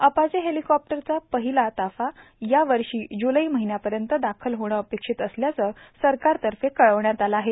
Apache हेलीकॉप्टरचा पहिला ताफा या वर्षी जुलै महिन्यापर्यंत दाखल होणं अपेक्षित असल्याचं सरकारतर्फे कळवण्यात आलं आहे